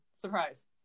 Surprise